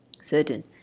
Certain